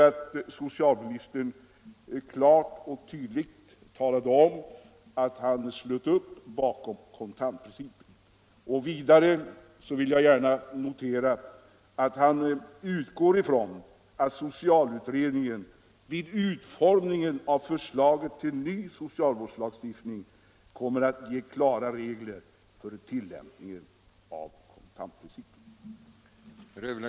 Socialministern har klart och tydligt talat om att han ställer sig bakom kontantprincipen. Jag noterar också med tillfredsställelse att han utgår från att socialutredningen vid utformningen av förslaget till ny socialvårdslagstiftning kommer att ge klara regler för tillämpningen av kontantprincipen.